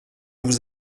vous